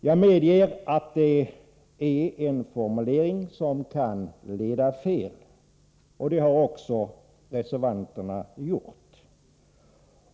Jag medger att det är en formulering som kan leda fel. Det har den också gjort för reservanternas del.